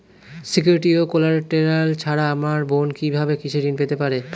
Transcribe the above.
Security ও collateral ছাড়া আমার বোন কিভাবে কৃষি ঋন পেতে পারে?